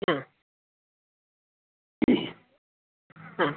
ആ ആ